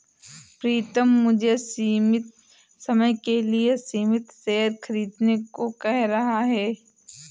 प्रितम मुझे सीमित समय के लिए सीमित शेयर खरीदने को कह रहा हैं